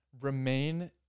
remain